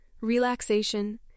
relaxation